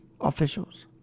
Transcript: officials